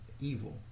evil